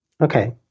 Okay